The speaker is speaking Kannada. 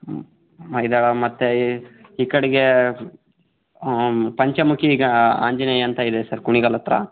ಹ್ಞೂ ಮೈದಾಳ ಮತ್ತು ಈ ಈ ಕಡೆಗೆ ಪಂಚಮುಖಿ ಆಂಜನೇಯ ಅಂತ ಇದೆ ಸರ್ ಕುಣಿಗಲ್ ಹತ್ರ